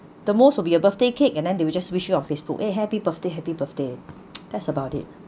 the most will be your birthday cake and then they will just wish you on facebook eh happy birthday happy birthday that's about it